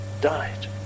died